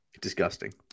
Disgusting